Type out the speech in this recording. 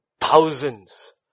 thousands